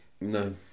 No